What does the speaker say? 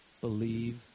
Believe